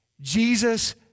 Jesus